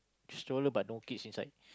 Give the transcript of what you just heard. stroller but no kids inside